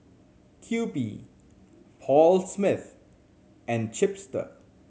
Kewpie Paul Smith and Chipster